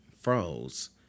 froze